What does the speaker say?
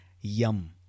YUM